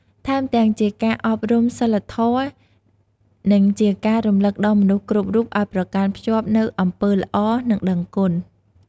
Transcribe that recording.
ថែមទាំង ជាការអប់រំសីលធម៌ និងជាការរំឭកដល់មនុស្សគ្រប់រូបឲ្យប្រកាន់ខ្ជាប់នូវអំពើល្អ និងដឹងគុណ។